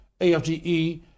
AFGE